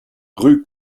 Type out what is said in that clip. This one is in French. rue